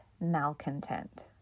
malcontent